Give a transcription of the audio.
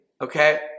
okay